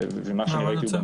ומה שאני ראיתי,